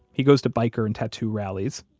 he goes to biker and tattoo rallies,